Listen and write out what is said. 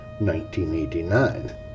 1989